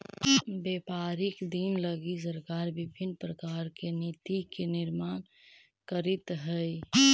व्यापारिक दिन लगी सरकार विभिन्न प्रकार के नीति के निर्माण करीत हई